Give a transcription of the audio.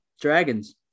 dragons